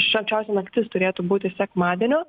šalčiausia naktis turėtų būti sekmadienio